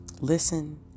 listen